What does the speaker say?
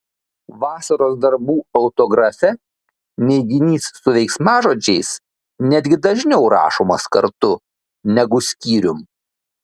vasaros darbų autografe neiginys su veiksmažodžiais netgi dažniau rašomas kartu negu skyrium